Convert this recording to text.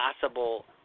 possible